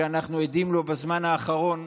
שאנחנו עדים לו בזמן האחרון,